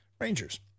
Rangers